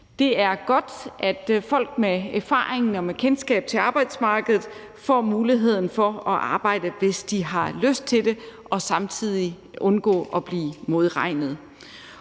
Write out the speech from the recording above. Det er godt, at folk med erfaring og kendskab til arbejdsmarkedet får muligheden for at arbejde, hvis de har lyst til det, og samtidig undgå at blive modregnet.